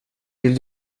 vill